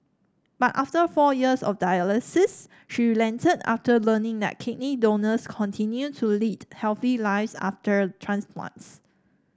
but after four years of dialysis she relented after learning that kidney donors continue to lead healthy lives after transplants